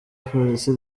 polisi